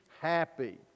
happy